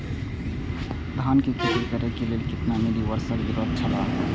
धान के खेती करे के लेल कितना मिली वर्षा के जरूरत छला?